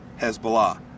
Hezbollah